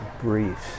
briefs